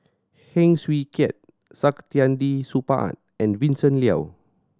Heng Swee Keat Saktiandi Supaat and Vincent Leow